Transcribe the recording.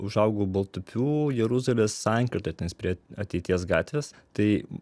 užaugau baltupių jeruzalės sankirtoj tenais prie ateities gatvės tai